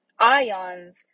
ions